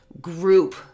group